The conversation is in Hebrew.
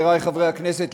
חברי חברי הכנסת,